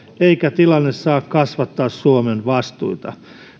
eikä tilanne saa kasvattaa suomen vastuita